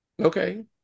Okay